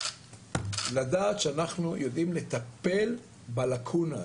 לדעת שאנחנו יודעים לטפל בלקונה הזו,